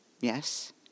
Yes